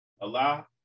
Allah